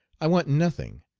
i want nothing,